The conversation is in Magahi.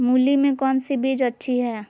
मूली में कौन सी बीज अच्छी है?